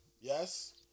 Yes